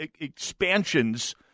expansions